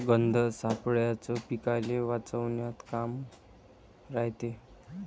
गंध सापळ्याचं पीकाले वाचवन्यात का काम रायते?